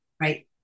Right